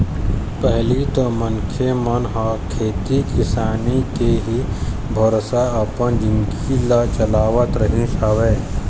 पहिली तो मनखे मन ह खेती किसानी के ही भरोसा अपन जिनगी ल चलावत रहिस हवय